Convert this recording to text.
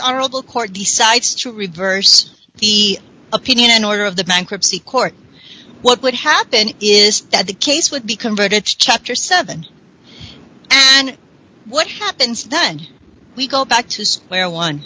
honorable court decides to reverse the opinion in order of the bankruptcy court what would happen is that the case would be converted chapter seven and what happens then we go back to square one